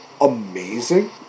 amazing